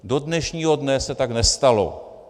Do dnešního dne se tak nestalo.